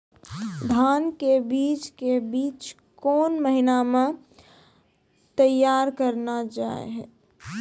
धान के बीज के बीच कौन महीना मैं तैयार करना जाए?